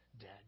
dead